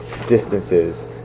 distances